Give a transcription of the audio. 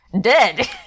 dead